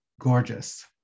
gorgeous